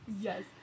Yes